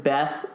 Beth